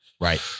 Right